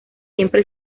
siempre